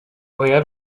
real